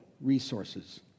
resources